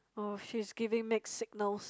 oh she's giving mixed signals